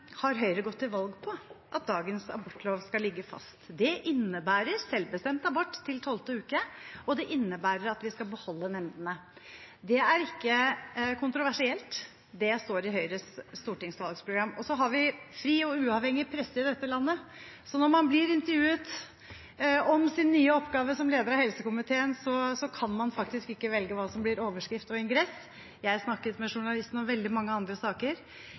Høyre har gått til valg på at dagens abortlov skal ligge fast. Det innebærer selvbestemt abort til tolvte uke, og det innebærer at vi skal beholde nemndene. Det er ikke kontroversielt, det står i Høyres stortingsvalgprogram. Så har vi en fri og uavhengig presse i dette landet, og når man blir intervjuet om sin nye oppgave som leder av helsekomiteen, kan man faktisk ikke velge hva som blir overskrift og ingress. Jeg snakket med journalisten om veldig mange andre saker.